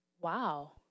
wow